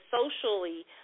socially